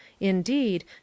Indeed